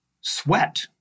sweat